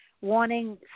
wanting